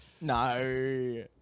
No